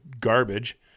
garbage